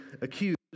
accused